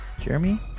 Jeremy